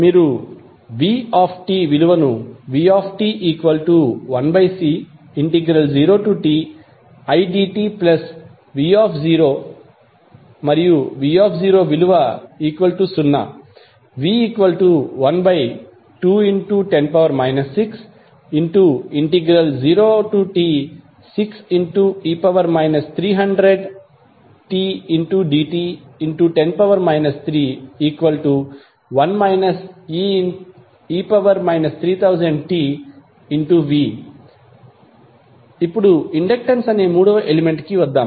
మీరు vt1C0tidtv and v00 v1210 60t6e 3000tdt10 31 e 3000t V ఇప్పుడు inductance అనే మూడవ ఎలిమెంట్ కి వద్దాం